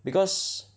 because